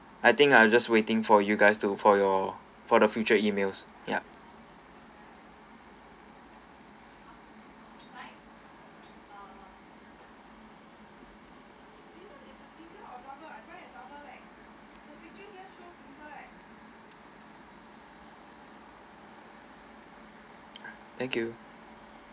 I think I'll just waiting for you guys to for your for the future emails yup thank you